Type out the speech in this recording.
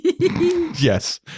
yes